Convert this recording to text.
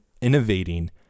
innovating